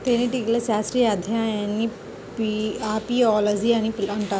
తేనెటీగల శాస్త్రీయ అధ్యయనాన్ని అపియాలజీ అని అంటారు